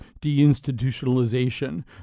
deinstitutionalization